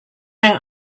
yang